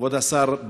כבוד השר,